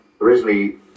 originally